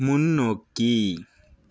முன்னோக்கி